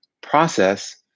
process